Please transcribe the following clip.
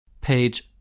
Page